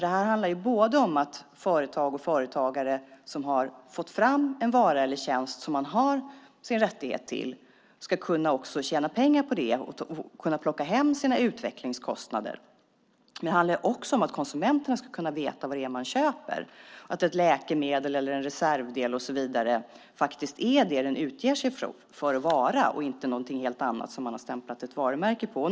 Det handlar om att företag och företagare som har fått fram en vara eller en tjänst som man har rättigheten till ska kunna tjäna pengar på den och kunna plocka hem sina utvecklingskostnader. Det handlar också om att konsumenterna ska veta vad de köper, att ett läkemedel, en reservdel och så vidare är det som den utger sig för att vara och inte någonting helt annat som man har stämplat ett varumärke på.